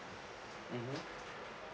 mmhmm